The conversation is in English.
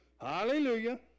Hallelujah